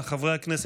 חרבות ברזל)